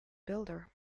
builder